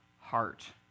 heart